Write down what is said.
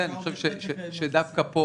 אני חושב שדווקא פה,